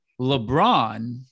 lebron